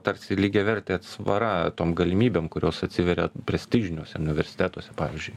tarsi lygiavertė atsvara tom galimybėm kurios atsiveria prestižiniuose universitetuose pavyzdžiui